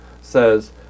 says